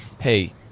Hey